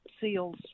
seals